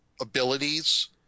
abilities